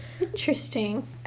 Interesting